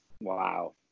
Wow